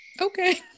okay